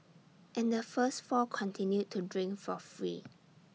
and the first four continued to drink for free